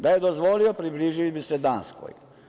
Da je dozvolio, približili bi se Danskoj.